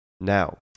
Now